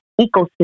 ecosystem